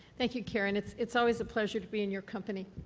thank you, karen. it's it's always a pleasure to be in your company.